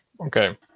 Okay